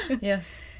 yes